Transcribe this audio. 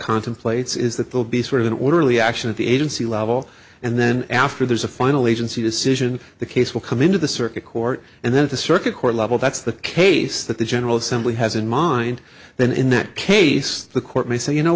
contemplates is that they'll be sort of an orderly action at the agency level and then after there's a final agency decision the case will come into the circuit court and then the circuit court level that's the case that the general assembly has in mind then in that case the court may say you know